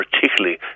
particularly